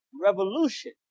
revolution